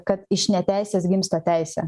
kad iš neteisės gimsta teisė